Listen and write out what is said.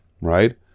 right